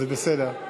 זה בסדר.